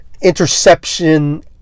interception